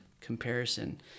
comparison